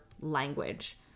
language